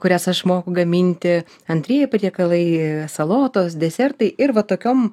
kurias aš moku gaminti antrieji patiekalai salotos desertai ir va tokiom